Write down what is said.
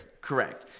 Correct